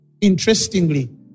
interestingly